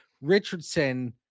richardson